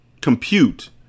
compute